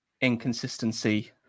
inconsistency